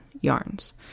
yarns